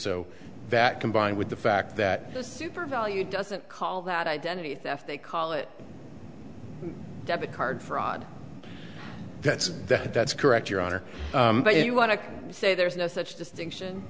so that combined with the fact that the super value doesn't call that identity theft they call it debit card fraud that's that's correct your honor but you want to say there's no such distinction